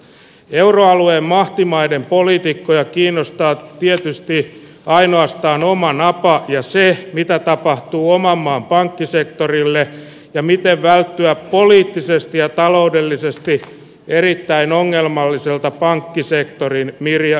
euroalueen mahtimaiden poliitikkoja kiinnostaa tietysti ainoastaan omaan napaan ja sen mitä tapahtuu oman maan pankkisektorille ja miten välttyä poliittisesti ja taloudellisesti erittäin ongelmalliselta pankkisektorin mirja